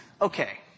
Okay